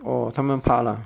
oh 他们怕 lah